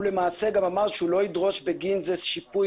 הוא גם אמר שלא ידרוש בגין זה שיפוי